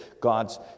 God's